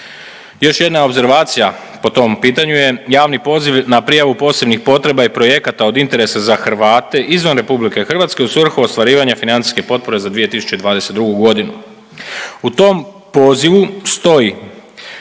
Još jedna opservacija po tom pitanju je javni poziv na prijavu posebnih potreba i projekata od interesa za Hrvate izvan RH u svrhu ostvarivanja financijske potpore za 2022.g. U tom pozivu stoji